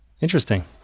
Interesting